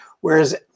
Whereas